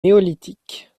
néolithique